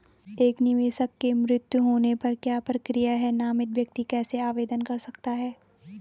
एक निवेशक के मृत्यु होने पर क्या प्रक्रिया है नामित व्यक्ति कैसे आवेदन कर सकता है?